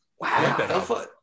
Wow